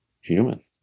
human